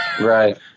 Right